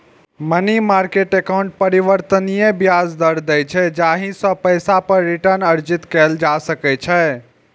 money market account परिवर्तनीय ब्याज दर दै छै, जाहि सं पैसा पर रिटर्न अर्जित कैल जा सकै छै